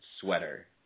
sweater